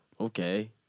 Okay